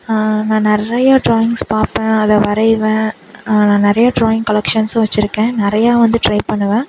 நான் நிறைய டிராயிங்ஸ் பார்ப்பேன் அதை வரைவேன் நான் நிறையா டிராயிங் கலெக்ஷன்ஸும் வச்சுருக்கேன் நிறையா வந்து ட்ரை பண்ணுவேன்